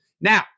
Now